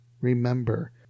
Remember